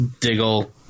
Diggle